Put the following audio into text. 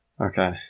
Okay